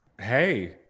hey